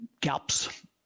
gaps